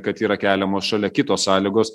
kad yra keliamos šalia kitos sąlygos